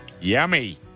Yummy